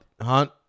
Hunt